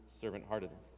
servant-heartedness